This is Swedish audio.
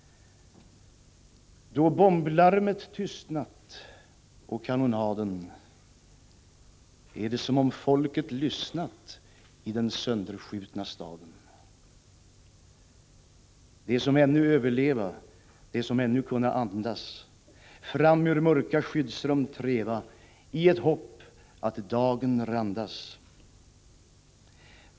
Då bomblarmet tystnat och kanonaden, är det som om folket lyssnat i den sönderskjutna staden. De som ännu överleva, de som ännu kunna andas, fram ur mörka skyddsrum treva i ett hopp att dagen randas.